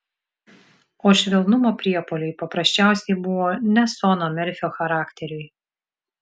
o švelnumo priepuoliai paprasčiausiai buvo ne sono merfio charakteriui